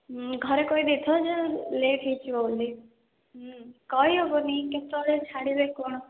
ଘରେ କହିଦେଇଥାଅ ଯେ ଲେଟ୍ ହେଇଯିବ ବୋଲି କହି ହେବନି କେତେବେଳେ ଛାଡ଼ିବେ କ'ଣ ହେବ